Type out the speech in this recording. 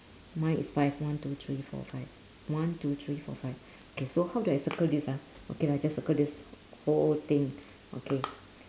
mine is five one two three four five one two three four five okay so how do I circle this ah okay lah just circle this whole thing okay